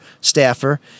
staffer